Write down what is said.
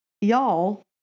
y'all